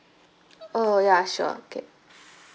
oh ya sure okay